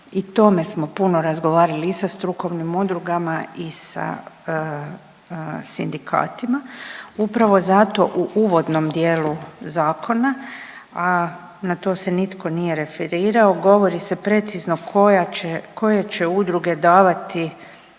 o tome smo puno razgovarali i sa strukovnim udrugama i sa sindikatima, upravo zato u uvodnom dijelu zakona, a na to se nitko nije referirao govori se precizno koje će udruge davati